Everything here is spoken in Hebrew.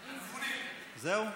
זהו?